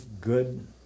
good